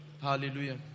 Hallelujah